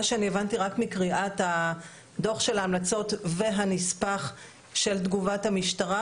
מה שאני הבנתי רק מקריאת הדוח של ההמלצות והנספח של תגובת המשטרה,